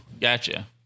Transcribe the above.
gotcha